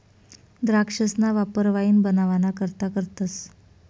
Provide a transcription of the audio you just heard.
द्राक्षसना वापर वाईन बनवाना करता करतस